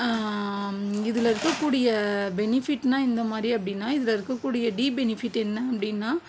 இதில் இருக்கக்கூடிய பெனிஃபிட்னால் எந்தமாதிரி அப்படின்னால் இதில் இருக்கக்கூடிய டிபெனிஃபிட்டு என்ன அப்படின்னால்